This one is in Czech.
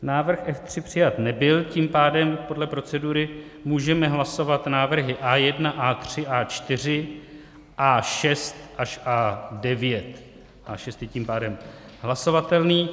Návrh F3 přijat nebyl, tím pádem podle procedury můžeme hlasovat návrhy A1, A3, A4, A6 až A9. A6 je tím pádem hlasovatelný.